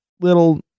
little